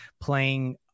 playing